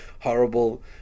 horrible